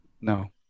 No